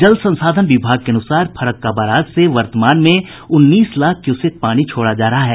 जल संसाधन विभाग के अनुसार फरक्का बराज से वर्तमान में उन्नीस लाख क्यूसेक पानी छोड़ा जा रहा है